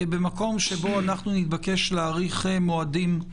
במקום שבו נתבקש להאריך מועדים,